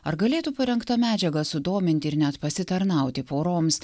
ar galėtų parengta medžiaga sudominti ir net pasitarnauti poroms